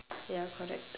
ya correct